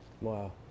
Wow